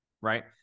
Right